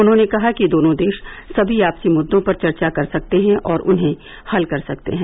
उन्होंने कहा कि दोनों देश सभी आपसी मुद्रों पर चर्चा कर सकते हैं और उन्हें हल कर सकते हैं